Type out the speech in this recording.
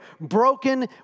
broken